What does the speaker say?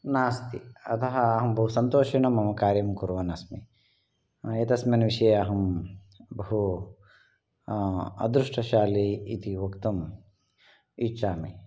नास्ति अतः अहं बहु सन्तोषेण मम कार्यं कुर्वन्नस्मि एतस्मिन् विषये अहं बहु अदृष्टशाली इति वक्तुम् इच्छामि